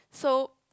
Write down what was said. so